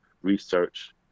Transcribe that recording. research